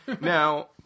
Now